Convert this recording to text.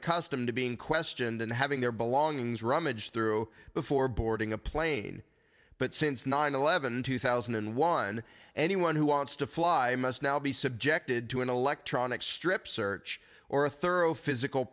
accustomed to being questioned and having their belongings rummaged through before boarding a plane but since nine eleven two thousand and one anyone who wants to fly must now be subjected to an electronic strip search or a thorough physical